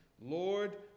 lord